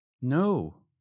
No